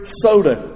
soda